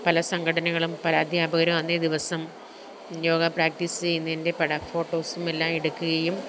പല സംഘടനകളും പല അധ്യാപകരും അന്നേ ദിവസം യോഗ പ്രാക്റ്റീസ് ചെയ്യുന്നതിന്റെ പടം ഫോട്ടോസുമെല്ലാം എടുക്കുകയും